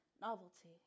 novelty